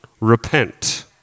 Repent